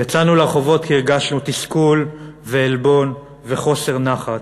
יצאנו לרחובות כי הרגשנו תסכול ועלבון וחוסר נחת.